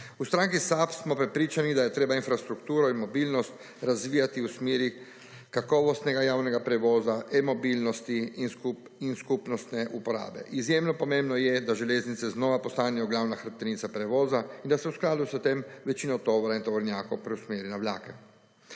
V stranki SAB smo prepričani, da je treba infrastrukturo in mobilnost razvijati v smeri kakovostnega javnega prevoza, e-mobilnosti in skupnostne uporabe. Izjemno pomembno je, da železnice znova postanejo glavna hrbtenica prevoza in da se v skladu s tem večina tovora in tovornjakov preusmeri na vlake.